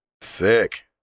Sick